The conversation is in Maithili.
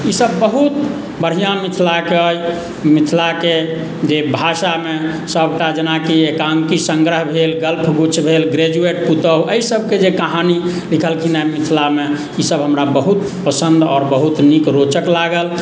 ई सभ बहुत बढ़िआँ मिथिलाके मिथिलाके जे भाषामे सभटा जेनाकि एकाङ्की सङ्ग्रह भेल गल्प गुच्छ भेल ग्रेजुएट पुतोह एहि सभके जे कहानी लिखलखिन हेँ मिथिलामे ई सभ हमरा बहुत पसन्द आओर बहुत रोचक लागल